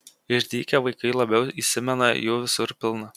išdykę vaikai labiau įsimena jų visur pilna